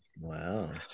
Wow